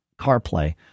CarPlay